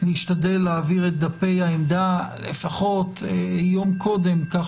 להשתדל להעביר את דפי העמדה לפחות יום קודם כך